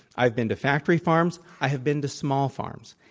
i've been to factory farms, i have been to small farms,